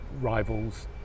rivals